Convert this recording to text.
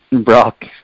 Brock